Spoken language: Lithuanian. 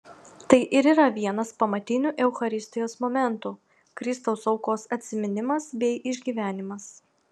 tai ir yra vienas pamatinių eucharistijos momentų kristaus aukos atsiminimas bei išgyvenimas